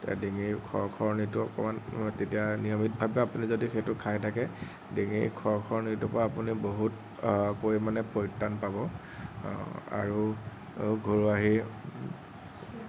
ডিঙিৰ খৰখৰনিটো অকণমান নিয়মিতভাৱে আপুনি যদি সেইটো খাই থাকে ডিঙিৰ খৰখৰনিটোৰ পৰা আপুনি বহুত পৰিমানে পৰিত্ৰাণ পাব আৰু